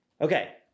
okay